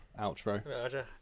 outro